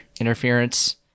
interference